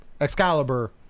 Excalibur